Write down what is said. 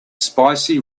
spicy